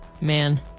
Man